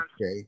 Okay